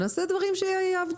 נעשה דברים שיעבדו,